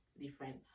different